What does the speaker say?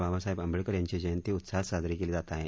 बाबासाहेब आंबेडकर यांची जयंती उत्साहात साजरी केली जात आहे